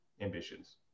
ambitions